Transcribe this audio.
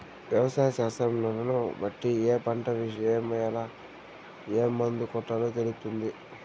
వ్యవసాయ శాస్త్రం న్యాలను బట్టి ఏ పంట ఏయాల, ఏం మందు కొట్టాలో తెలుపుతుంది